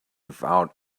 without